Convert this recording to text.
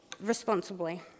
responsibly